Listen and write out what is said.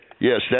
Yes